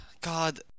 God